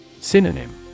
Synonym